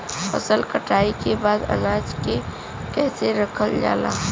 फसल कटाई के बाद अनाज के कईसे रखल जाला?